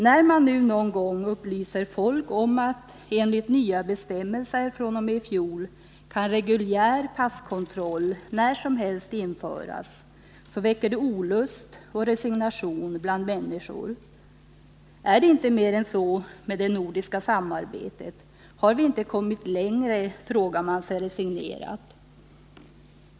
Då man nu någon gång upplyser folk om att reguljär passkontroll enligt nya bestämmelser fr.o.m. i fjol när som helst kan införas väcker det olust och resignation bland människor. Är det inte mer än så med det nordiska samarbetet? Har vi inte kommit längre? frågar man sig resignerat.